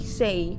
say